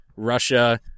russia